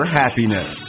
happiness